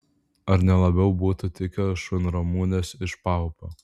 ar ne labiau būtų tikę šunramunės iš paupio